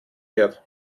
wird